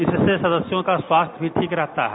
इससे सदस्यों का स्वास्थ्य भी ठीक रहता है